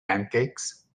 pancakes